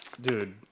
dude